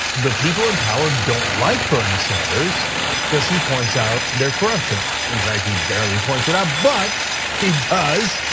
the people in power don't like bernie sanders cuz he points out their corruption, in fact he barely points it out, but he does.